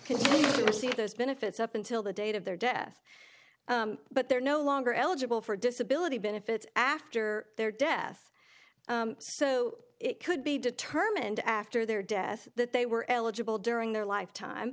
receive those benefits up until the date of their death but they're no longer eligible for disability benefits after their death so it could be determined after their death that they were eligible during their lifetime